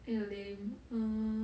!eeyer! lame err